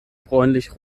bräunlich